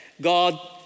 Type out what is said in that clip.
God